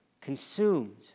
consumed